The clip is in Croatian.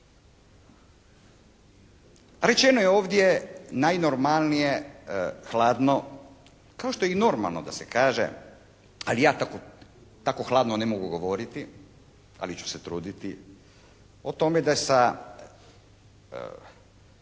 Rečeno je ovdje najnormalnije, hladno, kao što je i normalno da se kaže, ali ja tako hladno ne mogu govoriti ali ću se truditi o tome da sa